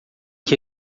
que